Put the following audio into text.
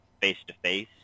face-to-face